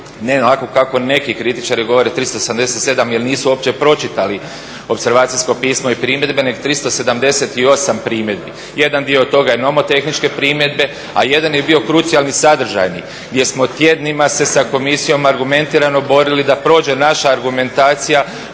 ne onako kako neki kritičari govore 377 jer nisu uopće pročitali opservacijsko pismo i primjedbe, nego 378 primjedbi. Jedan dio od toga je nomotehničke primjedbe, a jedan je bio krucijalni, sadržajni gdje smo tjednima se sa Komisijom argumentirano borili da prođe naša argumentacija